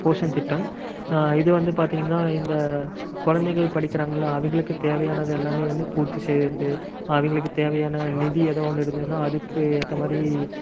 போஷன் திட்டம் இது வந்து பார்த்தீங்கன்னா இந்த குழந்தைகள் படிக்கிறாங்கள்ல அவர்களுக்கு தேவையானதெல்லாமே வந்து பூர்த்தி செய்யறது அவர்களுக்கு தேவையான நிதி ஏதோ ஒன்று இருந்ததுன்னா அதுக்கு ஏற்ற மாதிரி